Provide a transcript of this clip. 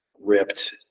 Ripped